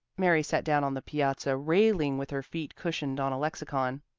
mary sat down on the piazza railing with her feet cushioned on a lexicon.